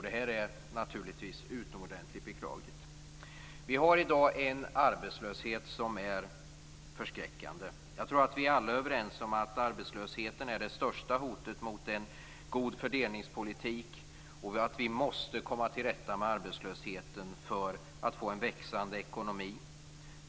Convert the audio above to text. Detta är naturligtvis utomordentligt beklagligt. Vi har i dag en arbetslöshet som är förskräckande. Jag tror att vi alla är överens om att arbetslösheten är det största hotet mot en god fördelningspolitik. Vi måste komma till rätta med arbetslösheten för att få en växande ekonomi.